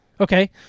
Okay